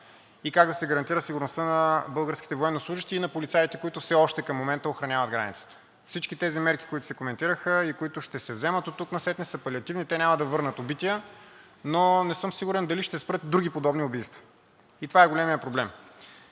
и как да се гарантира сигурността на българските военнослужещи и на полицаите, които все още към момента охраняват границата. Всичките тези мерки, които се коментираха и които ще се вземат оттук насетне, са палиативни, те няма да върнат убития, но не съм сигурен дали ще спрат други подобни убийства. И това е големият проблем,